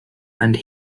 and